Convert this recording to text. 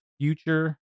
future